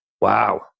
wow